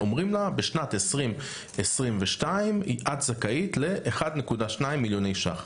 בשנת 2022 את זכאית ל- 1.2 מיליון ש"ח,